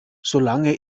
solange